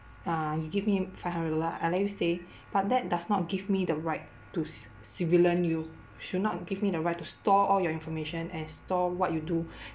uh you give me five hundred dollar I let you stay the but that does not give me the right to sur~ surveillant you should not give me the right to store all your information and store what you do